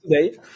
Today